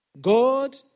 God